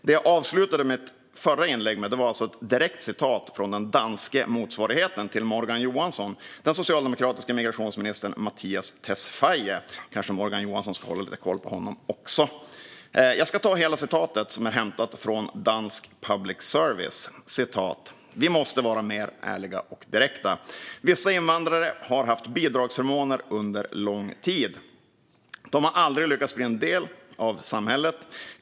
Det jag avslutade mitt förra inlägg med var alltså ett uttalande från den danska motsvarigheten till Morgan Johansson, nämligen den socialdemokratiske migrationsministern Mattias Tesfaye. Morgan Johansson kanske ska hålla lite koll på honom också. Jag ska återge hela uttalandet, som är hämtat från dansk public service: Vi måste vara mer ärliga och direkta. Vissa invandrare har haft bidragsförmåner under lång tid. De har aldrig lyckats bli en del av samhället.